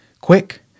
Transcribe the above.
quick